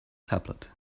tablet